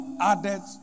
added